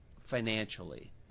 financially